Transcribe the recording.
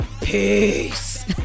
Peace